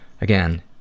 Again